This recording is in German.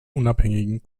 unabhängigen